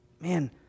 man